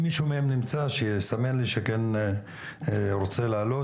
אם מישהו מהם נמצא שיסמן לי שכן רוצה לעלות.